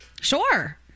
Sure